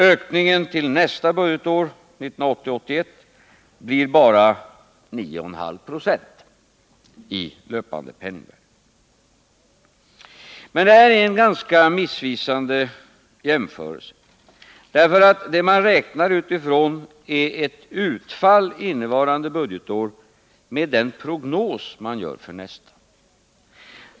Ökningen till nästa budgetår, 1980/81, blir bara 9,5 96 i löpande penningvärde. Men det är en ganska missvisande jämförelse, därför att man räknar utifrån ett utfall innevarande budgetår enligt den prognos man gör för nästa budgetår.